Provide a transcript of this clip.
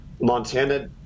Montana